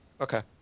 Okay